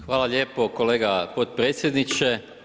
Hvala lijepo kolega potpredsjedniče.